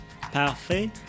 parfait